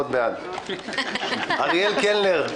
בעד אריאל קלנר-